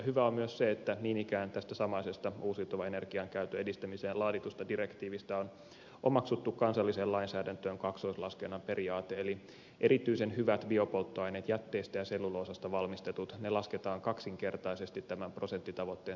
hyvää on myös se että niin ikään tästä samaisesta uusiutuvan energiankäytön edistämiseen laaditusta direktiivistä on omaksuttu kansalliseen lainsäädäntöön kaksoislaskennan periaate eli erityisen hyvät biopolttoaineet jätteistä ja selluloosasta valmistetut lasketaan kaksinkertaisesti tämän prosenttitavoitteen saavuttamiseen